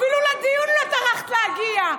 אפילו לדיון לא טרחת להגיע.